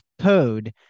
code